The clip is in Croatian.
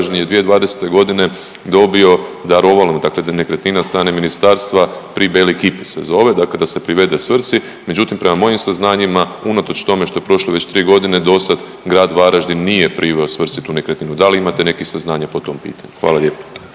Varaždin je 2020. g. dobio darovanu dakle nekretnina od strane ministarstva, Pri beli kipi se zove, dakle se privrede svrsi, međutim, prema mojim saznanjima, unatoč tome što je prošlo već 3 godine, dosad grad Varaždin nije priveo svrsi tu nekretninu. Da li imate nekih saznanja po tom pitanju? Hvala lijepo.